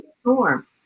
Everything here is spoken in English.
storm